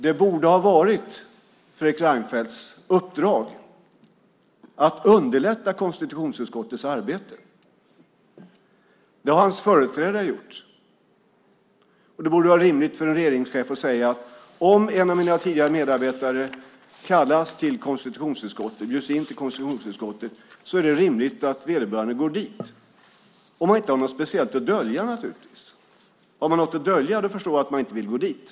Det borde ha varit Fredrik Reinfeldts uppdrag att underlätta konstitutionsutskottets arbete. Det har hans företrädare gjort. Det borde vara rimligt för en regeringschef att säga: Om en av mina tidigare medarbetare kallas och bjuds in till konstitutionsutskottet är det rimligt att vederbörande går dit. Det gäller naturligtvis om man inte har något speciellt att dölja. Har man någonting att dölja förstår jag att man inte vill gå dit.